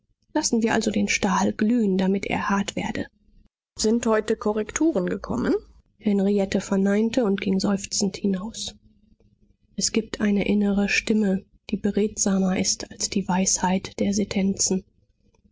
lassen wir also den stahl glühen damit er hart werde sind heute korrekturen gekommen henriette verneinte und ging seufzend hinaus es gibt eine innere stimme die beredsamer ist als die weisheit der sentenzen